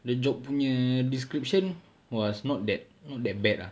the job punya description !wah! was not that not that bad uh